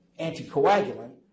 anticoagulant